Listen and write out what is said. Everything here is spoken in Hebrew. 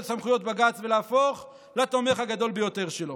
סמכויות בג"ץ ולהפוך לתומך הגדול ביותר שלו.